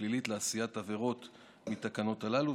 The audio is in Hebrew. הפלילית לעשיית עבירות על התקנות הללו,